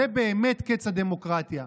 זה באמת קץ הדמוקרטיה.